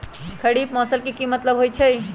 खरीफ फसल के की मतलब होइ छइ?